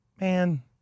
Man